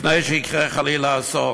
לפני שיקרה חלילה אסון.